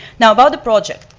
now about the project.